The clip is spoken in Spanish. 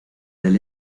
del